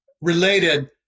related